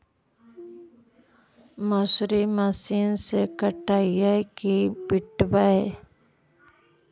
मसुरी मशिन से कटइयै कि पिटबै?